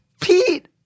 Pete